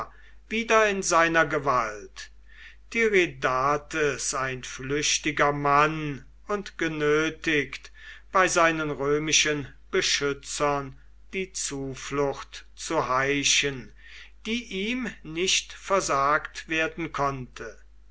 wieder in seiner gewalt tiridates ein flüchtiger mann und genötigt bei seinen römischen beschützern die zuflucht zu heischen die ihm nicht versagt werden konnte